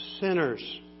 sinners